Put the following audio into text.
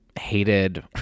hated